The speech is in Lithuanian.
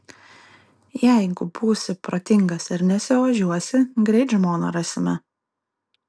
jeigu būsi protingas ir nesiožiuosi greit žmoną rasime